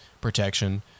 protection